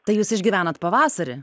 tai jūs išgyvenat pavasarį